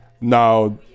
Now